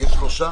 יש שלוש?